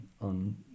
on